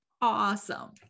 Awesome